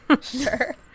Sure